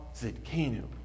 Zidkenu